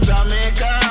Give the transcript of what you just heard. Jamaica